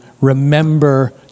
remember